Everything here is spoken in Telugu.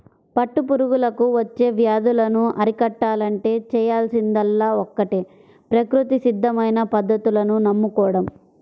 పట్టు పురుగులకు వచ్చే వ్యాధులను అరికట్టాలంటే చేయాల్సిందల్లా ఒక్కటే ప్రకృతి సిద్ధమైన పద్ధతులను నమ్ముకోడం